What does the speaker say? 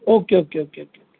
okay okay okay okay